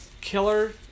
Killer